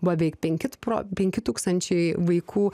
buvo beveik penkit du pro penki tūkstančiai vaikų